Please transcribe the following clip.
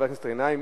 חבר הכנסת גנאים.